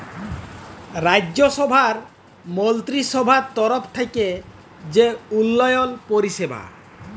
রাজ্যসভার মলত্রিসভার তরফ থ্যাইকে যে উল্ল্যয়ল পরিষেবা